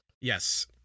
yes